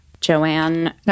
joanne